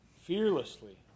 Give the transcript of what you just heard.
fearlessly